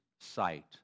sight